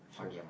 so